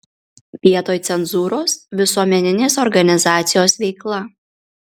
vietoj cenzūros visuomeninės organizacijos veikla